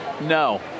No